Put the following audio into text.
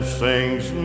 sings